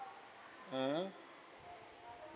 mm